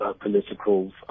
political